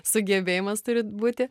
sugebėjimas turit būti